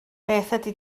ydy